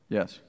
Yes